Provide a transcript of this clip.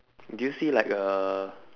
do you see like a